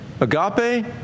agape